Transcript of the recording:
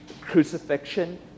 crucifixion